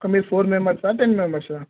మీరు ఫోర్ మెంబర్సా టెన్ మెంబర్సా